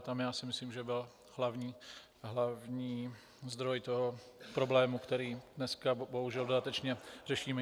Tam já si myslím, že byl hlavní zdroj toho problému, který dneska bohužel dodatečně řešíme.